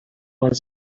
was